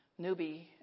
newbie